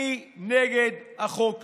אני נגד החוק הזה.